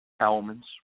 elements